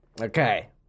Okay